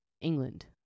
England